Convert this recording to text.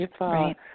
Right